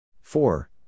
Four